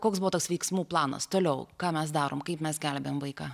koks buvo tas veiksmų planas toliau ką mes darom kaip mes gelbėjam vaiką